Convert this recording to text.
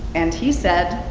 and he said,